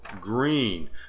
green